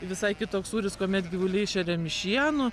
visai kitoks sūris kuomet gyvuliai šeriami šienu